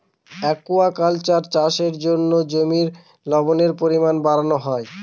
aquaculture চাষের জন্য জমির লবণের পরিমান বাড়ানো হয়